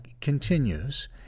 continues